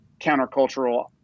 countercultural